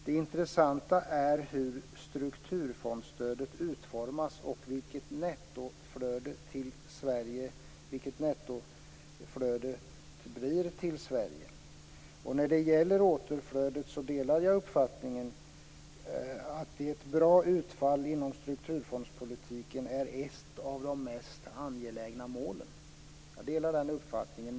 Det intressanta är hur strukturfondsstödet utformas och vad nettoflödet till Sverige blir. Jag delar uppfattningen att ett bra utfall inom strukturfondspolitiken är ett av de mest angelägna målen för återflödet.